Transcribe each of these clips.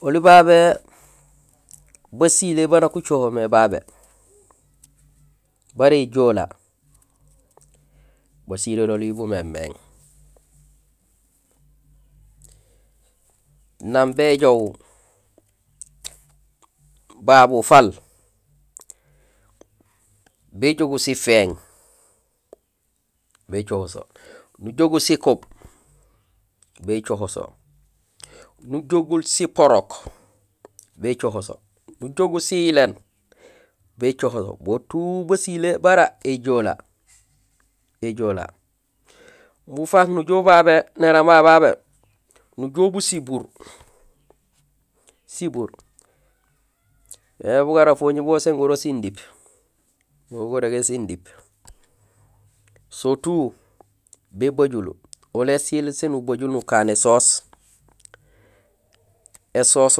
Oli babé basilé ba nak ucoho mé babé bara éjoolee, basiléroli bumémééŋ. Nang béjoow babu faal, béjogul sifééŋ bécoho so, nujogul sikúb bécoho so, nujogul siporok bécoho so, nujogul siyíléén bécoho so, bo tout basilé bara éjoola, éjoola. Imbu ufaak nujool bu babé éramba yayu babé: nujool bu sibuur,, sibuur mais bugara Gogni bugo sin gurok sindiip, bo gurégé sindiip; so tout bébajul, oli ésiil siin ubajul nukaan ésoos, ésoos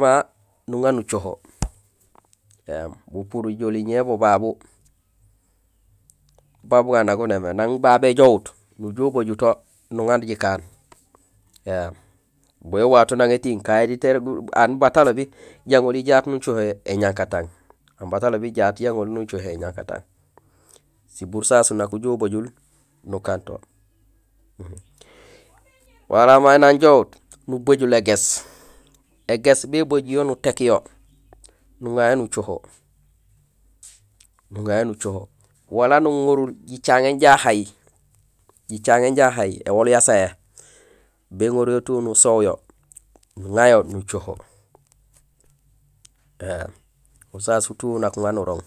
ma nuŋa nucoho. Ēém bupuruj joli ñé bo babu ban gugaan nagunémé, nang babé joowut, nujoow ubaju to nuŋa jikaan éém, bo éwato nang étiiŋ, aan baat arogi yaŋoli jaat nucohohé éñankatang, aan bat alobi jaat yaŋoli nucohohé éñankatang. Sibuur sasu nak ujoow ubajul nukanto, wala may nang joowut, nubajool égéés, égéés bébajul yo nutéék yo nuŋa yo nucoho, nuŋa yo nucoho wala nuŋorul jicaŋéén jahay, yicaŋéén jahay, éwool sa sayé, béŋoruyo tout nusoow yo nuŋa yo nucoho éémso sau tout nak uŋa nurooŋ.